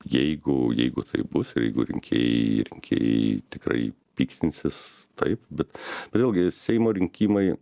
jeigu jeigu taip bus ir jeigu rinkėjai rinkėjai tikrai piktinsis taip bet vėlgi seimo rinkimai